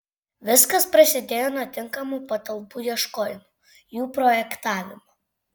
viskas prasidėjo nuo tinkamų patalpų ieškojimo jų projektavimo